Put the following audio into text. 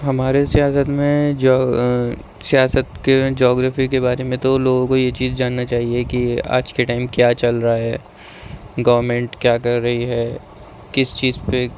ہمارے سیاست میں جو سیاست کی جیوگرفی کے بارے میں تو لوگوں کو یہ چیز جاننا چاہئے کہ آج کے ٹائم کیا چل رہا ہے گورمینٹ کیا کر رہی ہے کس چیز پے